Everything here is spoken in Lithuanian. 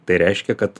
tai reiškia kad